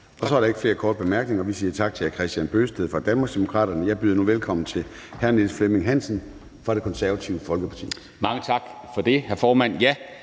Så er der ikke flere korte bemærkninger. Vi siger tak til hr. Kristian Bøgsted fra Danmarksdemokraterne. Jeg byder nu velkommen til hr. Niels Flemming Hansen fra Det Konservative Folkeparti. Kl. 16:47 (Ordfører)